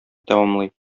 тәмамлый